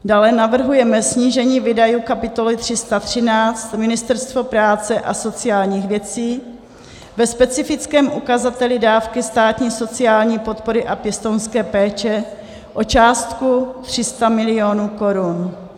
Dále navrhujeme snížení výdajů kapitoly 313 Ministerstvo práce a sociálních věcí ve specifickém ukazateli dávky státní sociální podpory a pěstounské péče o částku 300 mil. korun.